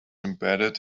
embedded